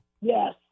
Yes